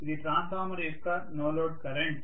ఇది ట్రాన్స్ఫార్మర్ యొక్క no load current